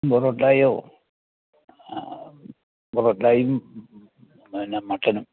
പൊറോട്ടയോ പൊറോട്ടയും പിന്നെ മട്ടനും